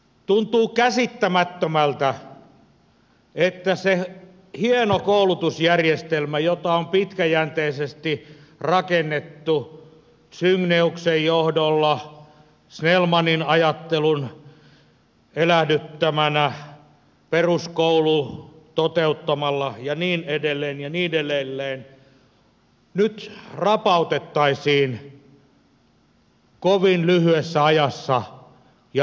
tuntuu käsittämättömältä että se hieno koulutusjärjestelmä jota on pitkäjänteisesti rakennettu cygnaeuksen johdolla snellmanin ajattelun elähdyttämänä peruskoulu toteuttamalla ja niin edelleen ja niin edelleen nyt rapautettaisiin kovin lyhyessä ajassa ja lyhytnäköisesti